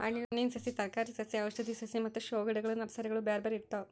ಹಣ್ಣಿನ ಸಸಿ, ತರಕಾರಿ ಸಸಿ ಔಷಧಿ ಸಸಿ ಮತ್ತ ಶೋ ಗಿಡಗಳ ನರ್ಸರಿಗಳು ಬ್ಯಾರ್ಬ್ಯಾರೇ ಇರ್ತಾವ